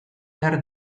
behar